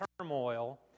turmoil